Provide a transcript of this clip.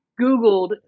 googled